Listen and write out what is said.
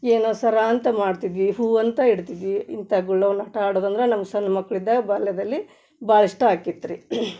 ಏನೋ ಸರ ಅಂತ ಮಾಡ್ತಿದ್ವಿ ಹೂ ಅಂತ ಇಡ್ತಿದ್ವಿ ಇಂಥ ಗುಳ್ಳವನ ಆಟ ಆಡೋದಂದ್ರೆ ನಮ್ಗೆ ಸಣ್ ಮಕ್ಕಳಿದ್ದಾಗ ಬಾಲ್ಯದಲ್ಲಿ ಭಾಳ ಇಷ್ಟ ಆಕಿತ್ತು ರೀ